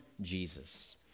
Jesus